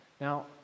Now